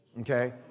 Okay